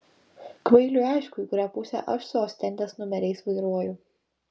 kvailiui aišku į kurią pusę aš su ostendės numeriais vairuoju